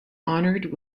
honoured